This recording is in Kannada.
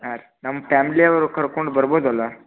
ಹಾಂ ರೀ ನಮ್ಮ ಪ್ಯಾಮ್ಲಿ ಅವ್ರು ಕರ್ಕೊಂಡು ಬರ್ಬೋದಲ್ಲ